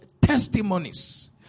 testimonies